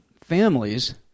families